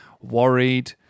worried